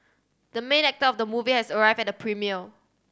the main actor of the movie has arrived at the premiere